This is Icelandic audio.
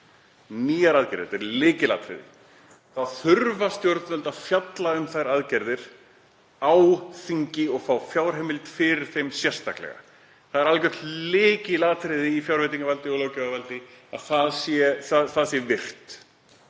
nýjar aðgerðir, og þetta er lykilatriði, þurfa þau að fjalla um þær aðgerðir á þingi og fá fjárheimild fyrir þeim sérstaklega. Það er algjört lykilatriði í fjárveitingavaldi og löggjafarvaldi að þetta sé virt.